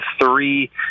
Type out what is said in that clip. three